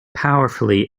powerfully